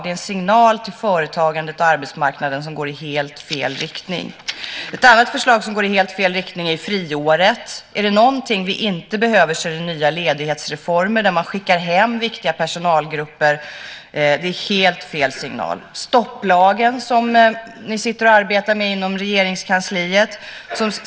Det är en signal till företagandet och arbetsmarknaden som går i helt fel riktning. Ett annat förslag som går i helt fel riktning är friåret. Om det är något som vi inte behöver är det nya ledighetsreformer där man skickar hem viktiga personalgrupper. Det är helt fel signal. Detsamma gäller stopplagen, som ni sitter och arbetar med på Regeringskansliet.